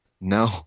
No